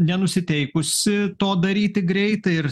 nenusiteikusi to daryti greitai ir